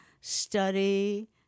study